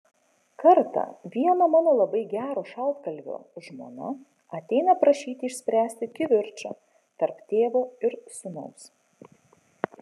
kartą vieno mano labai gero šaltkalvio žmona ateina prašyti išspręsti kivirčą tarp tėvo ir sūnaus